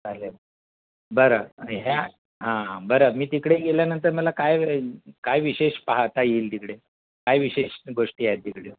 चालेल बरं ह्या हां हां बरं मी तिकडे गेल्यानंतर मला काय काय विशेष पाहता येईल तिकडे काय विशेष गोष्टी आहे तिकडे